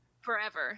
forever